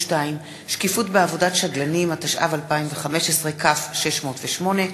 (שקיפות בעבודת שדלנים), התשע"ו 2015, כ/608.